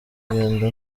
ingendo